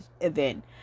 event